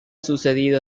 sucedido